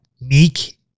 meek